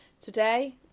Today